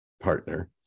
partner